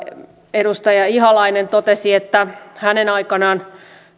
edustaja ihalainen totesi että hänen aikanaan